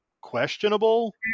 questionable